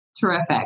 Terrific